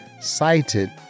cited